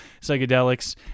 psychedelics